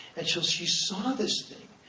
and so she saw this thing,